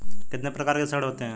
कितने प्रकार के ऋण होते हैं?